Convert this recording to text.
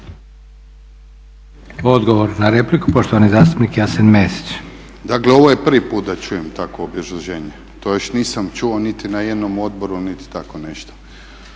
Odgovor na repliku poštovani zastupnik Jasen Mesić. **Mesić, Jasen (HDZ)** Dakle ovo je prvi put da čujem takvo obrazloženje. To još nisam čuo niti na jednom odboru, niti tako nešto.